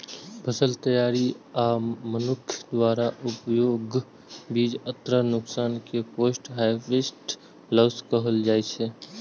फसल तैयारी आ मनुक्ख द्वारा उपभोगक बीच अन्न नुकसान कें पोस्ट हार्वेस्ट लॉस कहल जाइ छै